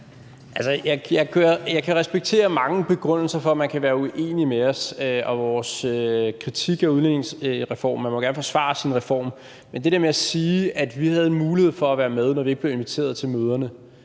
Jeg kan respektere mange begrundelser for, at man kan være uenig med os, også i vores kritik af udligningsreformen. Man må gerne forsvare sin reform, men det der med at sige, at vi havde en mulighed for at være med, når vi ikke blev inviteret til møderne,